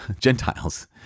Gentiles